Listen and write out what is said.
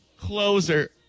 closer